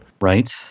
Right